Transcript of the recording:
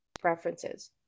Preferences